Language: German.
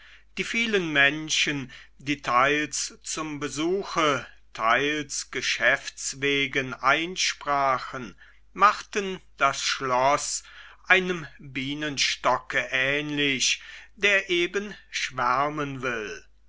die vielen menschen die teils zum besuche teils geschäftswegen einsprachen machten das schloß einem bienenstocke ähnlich der eben schwärmen will